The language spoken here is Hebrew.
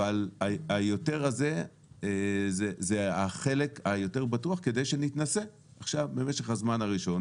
אבל היותר הזה זה החלק היותר בטוח כדי שנתנסה עכשיו במשך הזמן הראשון,